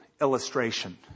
illustration